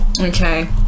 Okay